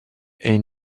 est